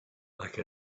like